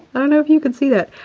i don't know if you can see that.